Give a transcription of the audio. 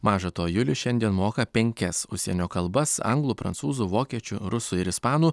maža to julius šiandien moka penkias užsienio kalbas anglų prancūzų vokiečių rusų ir ispanų